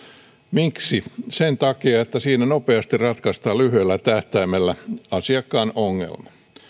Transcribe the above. miksi sen takia että siinä nopeasti ratkaistaan lyhyellä tähtäimellä asiakkaan